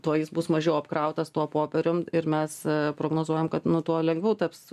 tuo jis bus mažiau apkrautas tuo popierium ir mes prognozuojam kad nu tuo lengviau taps